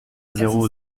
zéro